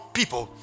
people